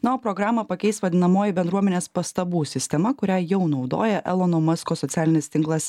na o programą pakeis vadinamoji bendruomenės pastabų sistema kurią jau naudoja elono masko socialinis tinklas